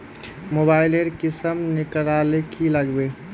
Mobile लेर किसम निकलाले की लागबे?